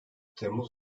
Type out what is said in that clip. temmuz